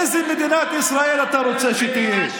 איזה מדינת ישראל אתה רוצה שתהיה?